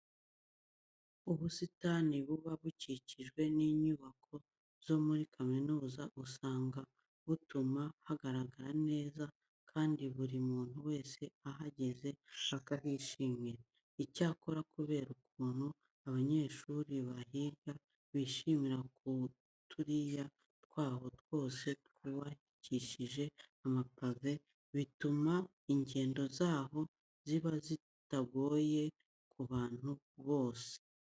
Ubusitani buba bukikije inyubako zo muri kaminuza usanga butuma hagaragara neza kandi buri muntu wese uhageze akahishimira. Icyakora kubera ukuntu abanyeshuri bahiga bishimira ko utuyira twaho twose twubakishije amapave, bituma ingendo zaho ziba zitagoranye ku bantu bose.